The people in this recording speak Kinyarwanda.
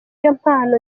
impano